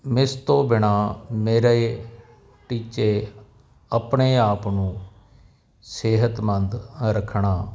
ਇਸ ਤੋਂ ਬਿਨਾ ਮੇਰੇ ਟੀਚੇ ਆਪਣੇ ਆਪ ਨੂੰ ਸਿਹਤਮੰਦ ਰੱਖਣਾ